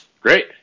Great